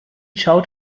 schaut